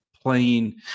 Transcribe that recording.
playing